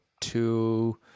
two